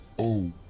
oh,